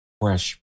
fresh